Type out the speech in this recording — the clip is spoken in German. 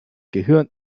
gehirn